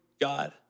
God